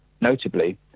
Notably